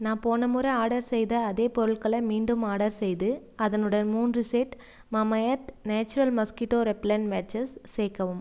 நான் போன முறை ஆர்டர் செய்த அதே பொருட்களை மீண்டும் ஆர்டர் செய்து அதனுடன் மூன்று set Mamaearth natural mosquito repellent patches சேர்க்கவும்